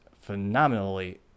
phenomenally